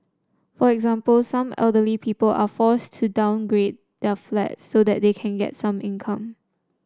for example some elderly people are forced to downgrade their flats so that they can get some income